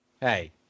hey